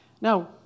Now